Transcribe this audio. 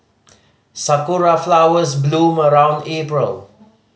sakura flowers bloom around April